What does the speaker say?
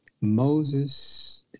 Moses